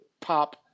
pop